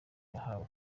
yahawe